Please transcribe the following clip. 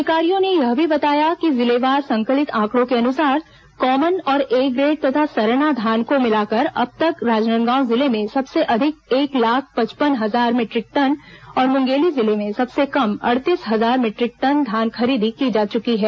अधिकारियों ने यह भी बताया कि जिलेवार संकलित आंकड़ों के अनुसार कॉमन और ए ग्रेड तथा सरना धान को मिलाकर अब तक राजनांदगांव जिले में सबसे अधिक एक लाख पचपन हजार मीटरिक टन और मुंगेली जिले में सबसे कम अड़तीस हजार मीटरिक टन धान खरीदी की जा चुकी है